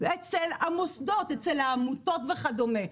אצל המוסדות, אצל העמותות וכדומה.